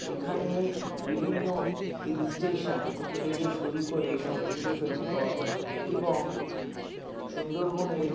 এখানে বিভিন্ন hill station থেকে শুরু করে সমুদ্র সৈকত এবং সুন্দরবনের